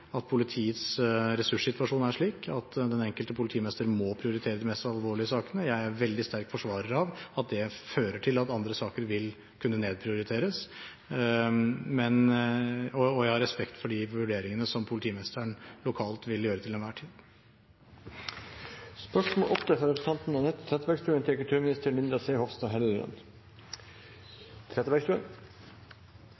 at politiets ressurssituasjon er slik at den enkelte politimester må prioritere de mest alvorlige sakene. Jeg er en veldig sterk forsvarer av at det fører til at andre saker vil kunne nedprioriteres, og jeg har respekt for de vurderingene som politimesteren lokalt vil gjøre til enhver tid.